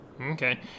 Okay